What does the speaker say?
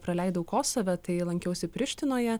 praleidau kosove tai lankiausi prištinoje